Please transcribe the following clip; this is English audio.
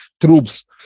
troops